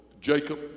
Jacob